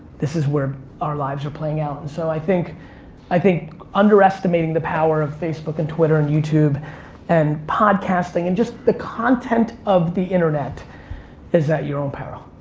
this is where our lives are playing out and so i think i think underestimating the power of facebook and twitter and youtube and podcasting and just the content of the internet is at your own peril.